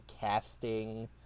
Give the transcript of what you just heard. casting